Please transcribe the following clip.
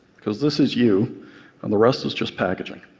because this is you and the rest is just packaging.